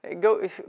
go